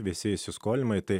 visi įsiskolinimai tai